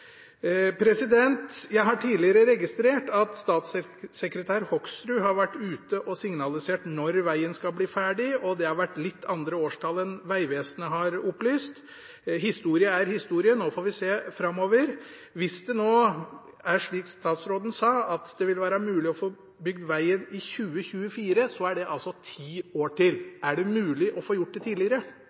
Jeg har tidligere registrert at statssekretær Hoksrud har vært ute og signalisert når vegen skal bli ferdig, og det har vært litt andre årstall enn Vegvesenet har opplyst om. Historie er historie, nå får vi se framover. Hvis det nå er slik statsråden sa, at det vil være mulig å få bygd vegen i 2024, er det altså ti år til. Er det mulig å få gjort det tidligere?